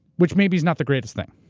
which maybe's not the greatest thing.